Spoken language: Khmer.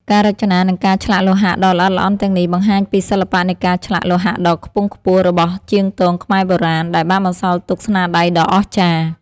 ការរចនា និងការឆ្លាក់លោហៈដ៏ល្អិតល្អន់ទាំងនេះ បង្ហាញពី សិល្បៈនៃការឆ្លាក់លោហៈដ៏ខ្ពង់ខ្ពស់ របស់ជាងទងខ្មែរបុរាណ ដែលបានបន្សល់ទុកស្នាដៃដ៏អស្ចារ្យ។